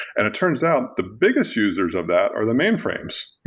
and it turns out, the biggest users of that are the mainframes,